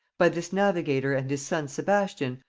by this navigator and his son sebastian,